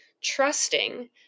trusting